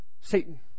Satan